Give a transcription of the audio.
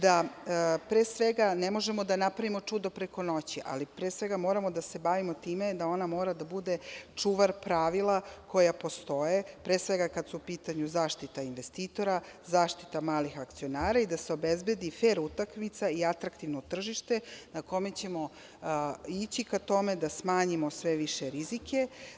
Da pre svega ne možemo da napravimo čudo preko noći, ali pre svega moramo da se bavimo time da ona mora da bude čuvar pravila koja postoje, pre svega kada su u pitanju zaštita investitora, zaštita malih akcionara i da se obezbedi fer utakmica i atraktivno tržište na kome ćemo ići ka tome da smanjimo sve više rizike.